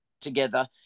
together